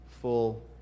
full